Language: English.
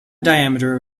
diameter